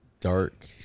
dark